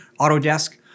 Autodesk